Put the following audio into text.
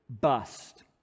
bust